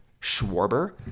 Schwarber